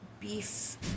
Beef